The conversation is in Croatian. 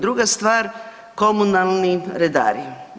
Druga stvar, komunalni redari.